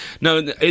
No